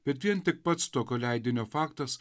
bet vien tik pats tokio leidinio faktas